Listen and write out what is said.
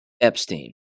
Epstein